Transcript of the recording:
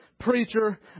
preacher